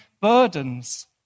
burdens